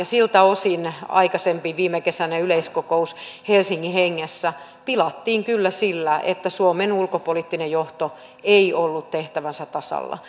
siltä osin aikaisempi viimekesäinen yleiskokous helsingin hengessä pilattiin kyllä sillä että suomen ulkopoliittinen johto ei ollut tehtävänsä tasalla